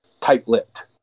tight-lipped